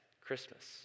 Christmas